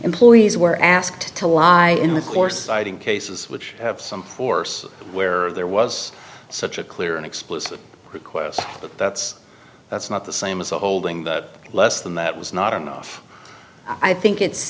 employees were asked to lie in the course cases which have some force where there was such a clear and explicit request but that's that's not the same as a holding that less than that was not enough i think